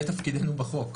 זה תפקידנו בחוק.